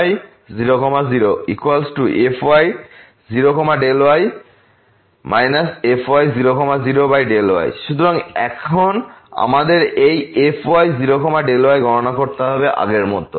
fyy00fy0Δy fy00Δy সুতরাং এখন আমাদের এই fy0y গণনা করতে হবে আগের মত